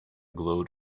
glowed